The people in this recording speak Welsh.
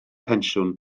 pensiwn